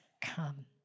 come